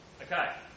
Okay